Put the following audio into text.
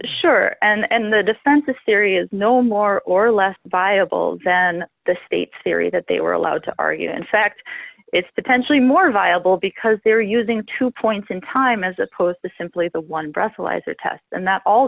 sure and the defense's theory is no more or less viable than the state's theory that they were allowed to argue that in fact it's potentially more viable because they're using two points in time as opposed to simply the one brussel as a test and that all